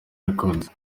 records